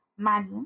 Money